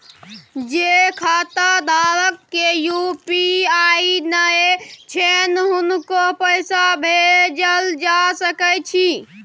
जे खाता धारक के यु.पी.आई नय छैन हुनको पैसा भेजल जा सकै छी कि?